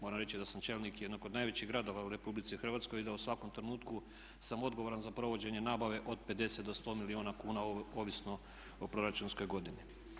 Moram reći da sam čelnik jednog od najvećih gradova u Republici Hrvatskoj i da u svakom trenutku sam odgovoran za provođenje nabave od 50 do 100 milijuna kuna ovisno o proračunskoj godini.